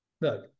look